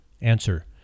Answer